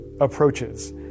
approaches